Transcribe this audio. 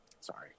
sorry